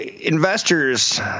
investors